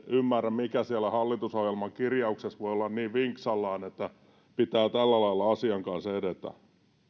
ymmärrä mikä siellä hallitusohjelman kirjauksessa voi olla niin vinksallaan että pitää tällä lailla asian kanssa edetä se